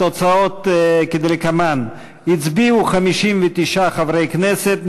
התוצאות כדלקמן: הצביעו 59 חברי כנסת,